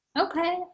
Okay